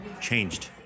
changed